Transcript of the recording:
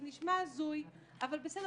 זה נשמע הזוי אבל בסדר,